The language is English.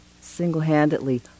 single-handedly